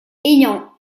ayant